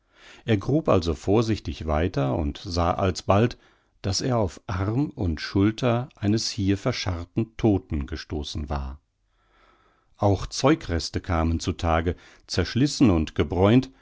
er grub also vorsichtig weiter und sah alsbald daß er auf arm und schulter eines hier verscharrten todten gestoßen war auch zeugreste kamen zu tage zerschlissen und gebräunt